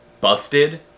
Busted